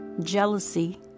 Jealousy